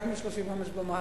רק מי שהוא בן 35 ומעלה.